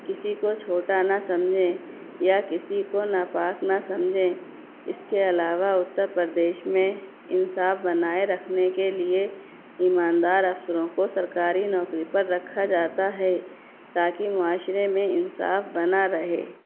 کسی کو چھوٹا نہ سمجھیں یا کسی کو ناپاک نہ سمجھیں اس کے علاوہ اتر پردیش میں انصاف بنائے رکھنے کے لیے ایمان دار افسروں کو سرکاری نوکری پر رکھا جاتا ہے تا کہ معاشرہ میں انصاف بنا رہے